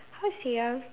how to say ah